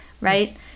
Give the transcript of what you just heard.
right